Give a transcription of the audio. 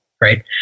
right